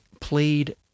played